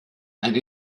and